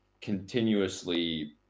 continuously